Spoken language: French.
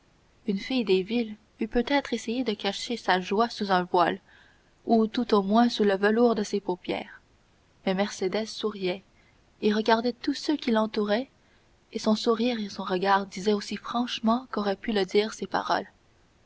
une fille des villes eût peut-être essayé de cacher sa joie sous un voile ou tout au moins sous le velours de ses paupières mais mercédès souriait et regardait tous ceux qui l'entouraient et son sourire et son regard disaient aussi franchement qu'auraient pu le dire ses paroles